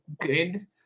good